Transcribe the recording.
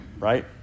right